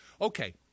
Okay